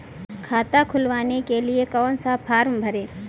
खाता खुलवाने के लिए कौन सा फॉर्म भरें?